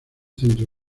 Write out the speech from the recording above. centro